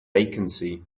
vacancy